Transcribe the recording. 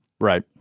Right